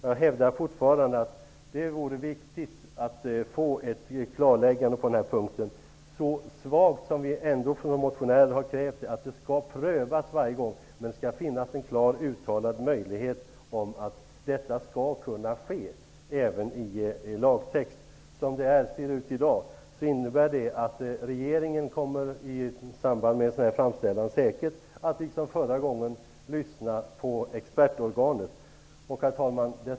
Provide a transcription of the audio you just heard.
Jag hävdar fortfarande att det är viktigt att få ett klarläggande på den här punkten -- särskilt med tanke på att vi motionärer formulerat det så svagt att vi krävt att det skall prövas varje gång, men det skall finnas en klart uttalad möjlighet även i lagtext om att detta skall kunna ske. Som det ser ut i dag kommer regeringen i samband med en sådan här framställan säkert att liksom förra gången lyssna på expertorganet. Herr talman!